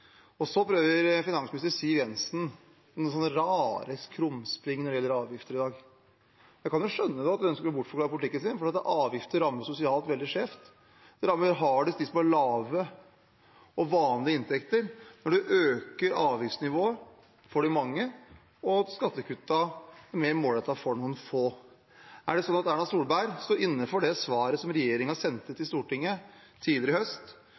resultatet. Så prøver finansminister Siv Jensen seg på noen rare krumspring når det gjelder avgifter, i dag, og jeg kan jo skjønne at hun ønsker å bortforklare politikken sin, for avgifter rammer sosialt veldig skjevt. Det rammer hardest dem som har lave og vanlige inntekter, når man øker avgiftsnivået for de mange og skattekuttene mer målrettet for noen få. Står Erna Solberg inne for det svaret som regjeringen sendte til Stortinget tidligere i høst,